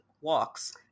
walks